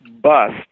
bust